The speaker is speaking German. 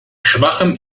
schwachem